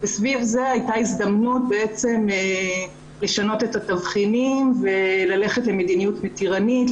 וסביב זה הייתה הזדמנות לשנות את התבחינים וללכת למדיניות מתירנית,